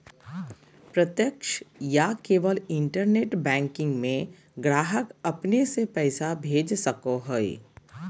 प्रत्यक्ष या केवल इंटरनेट बैंकिंग में ग्राहक अपने से पैसा भेज सको हइ